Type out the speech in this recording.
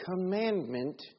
commandment